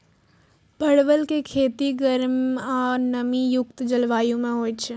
परवल के खेती गर्म आ नमी युक्त जलवायु मे होइ छै